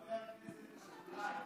חבר הכנסת אזולאי,